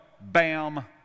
bam